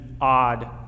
odd